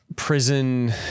prison